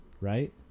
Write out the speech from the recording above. right